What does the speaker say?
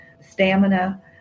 stamina